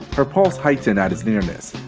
her pulse heightened at his nearness,